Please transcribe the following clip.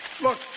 Look